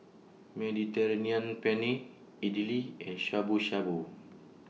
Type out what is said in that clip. Mediterranean Penne Idili and Shabu Shabu